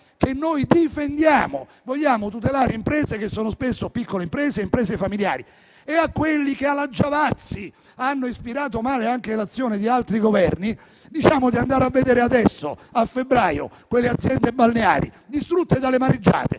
che noi difendiamo; vogliamo tutelare le imprese, che sono spesso piccole imprese familiari. E a quelli che, alla Giavazzi, hanno ispirato male anche l'azione di altri Governi diciamo di andare a vedere adesso, a febbraio, quelle aziende balneari distrutte dalle mareggiate,